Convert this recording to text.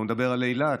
בואו נדבר על אילת.